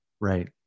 right